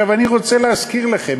אני רוצה להזכיר לכם,